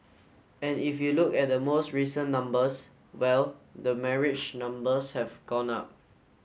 and if you look at the most recent numbers well the marriage numbers have gone up